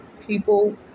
people